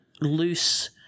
loose